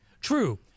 True